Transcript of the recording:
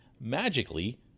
magically